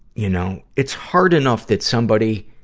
you know, it's hard enough that somebody